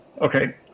Okay